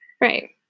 Right